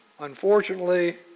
Unfortunately